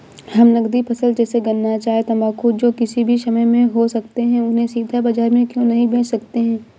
हम नगदी फसल जैसे गन्ना चाय तंबाकू जो किसी भी समय में हो सकते हैं उन्हें सीधा बाजार में क्यो नहीं बेच सकते हैं?